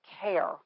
care